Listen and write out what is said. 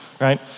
right